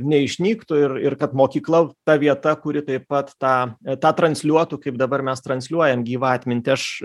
neišnyktų ir ir kad mokykla ta vieta kuri taip pat tą tą transliuotų kaip dabar mes transliuojam gyvą atmintį aš